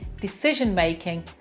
decision-making